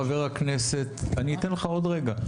חבר הכנסת אני אתן לך עוד רגע,